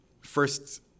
first